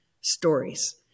stories